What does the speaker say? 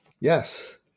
Yes